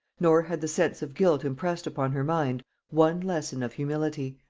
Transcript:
nor had the sense of guilt impressed upon her mind one lesson of humility.